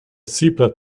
framework